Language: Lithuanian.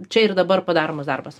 čia ir dabar padaromas darbas